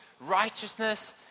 righteousness